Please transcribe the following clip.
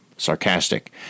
Sarcastic